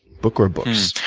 book or books?